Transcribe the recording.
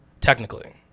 technically